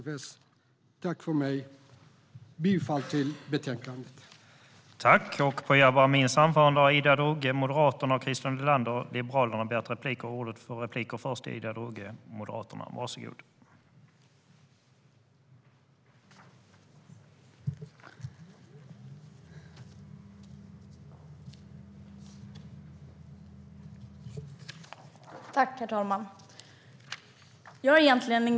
Jag yrkar bifall till utskottets förslag i betänkandet.